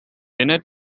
innit